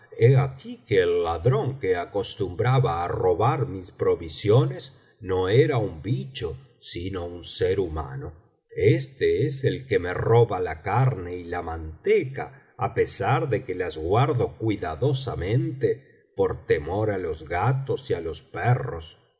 aquí que el ladrón que acostumbraba á robar mis provisiones no era un bicho sino un ser humano este es el que me roba la carne y la manteca á pesar de que las guardo cuidadosamente por temor á los gatos y á los perros